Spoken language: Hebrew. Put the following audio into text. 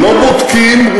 שומעים, לא בודקים, מטיחים.